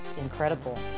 incredible